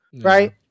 right